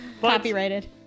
Copyrighted